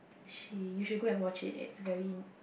she you should go and watch it it's very